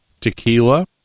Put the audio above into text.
tequila